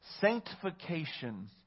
sanctification